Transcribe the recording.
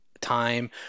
Time